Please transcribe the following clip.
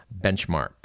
benchmark